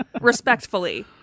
Respectfully